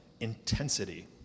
intensity